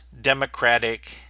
Democratic